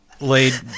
laid